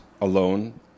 alone